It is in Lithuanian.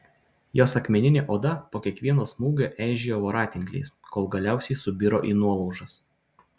jos akmeninė oda po kiekvieno smūgio eižėjo voratinkliais kol galiausiai subiro į nuolaužas